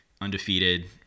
undefeated